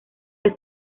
que